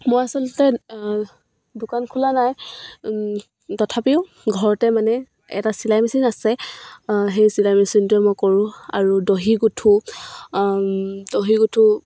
মই আচলতে দোকান খোলা নাই তথাপিও ঘৰতে মানে এটা চিলাই মেচিন আছে সেই চিলাই মেচিনটোৱে মই কৰোঁ আৰু দহি গুঠোঁ দহি গুঠোঁ